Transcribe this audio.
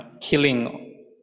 killing